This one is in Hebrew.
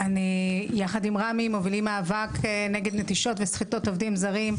אני ורמי מובילים מאבק נגד נטישות וסחיטות של קשישים,